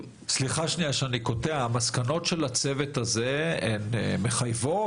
סליחה, המסקנות של הצוות המתואר מחייבות?